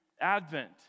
Advent